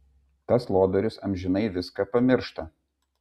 tas lodorius amžinai viską pamiršta